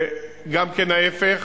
וגם ההיפך.